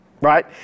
right